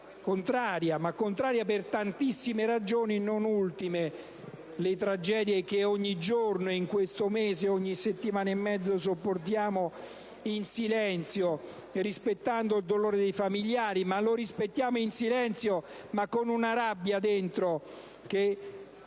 e per tantissime ragioni: non ultime, le tragedie che ogni giorno, in questo mese, ogni settimana e mezza sopportiamo in silenzio, rispettando il dolore dei familiari. Lo rispettiamo in silenzio, ma con tanta rabbia dentro, che